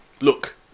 look